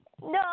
No